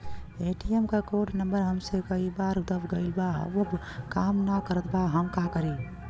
ATM क code number हमसे कई बार दब गईल बा अब उ काम ना करत बा हम का करी?